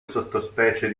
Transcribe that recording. sottospecie